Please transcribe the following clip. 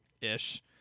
ish